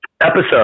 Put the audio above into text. episode